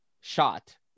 shot